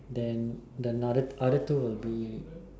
then the other two will be